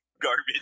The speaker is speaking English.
garbage